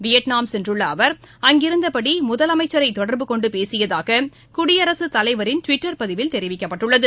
Vietnam சென்றுள்ள அவர் அங்கிருந்தபடிமுதலமைச்சரைதொடர்பு கொண்டுபேசியதாககுடியரசுத் தலைவரின் டுவிட்டர் பதிவில் தெரிவிக்கப்பட்டுளளது